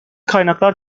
kaynaklar